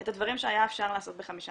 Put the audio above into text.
את הדברים שאפשר היה לעשות בחמישה